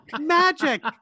Magic